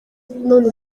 none